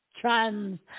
Trans